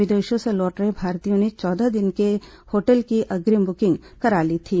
विदेशों से लौट रहे भारतीयों ने चौदह दिन के लिए होटल की अग्रिम बुकिंग कर ली थी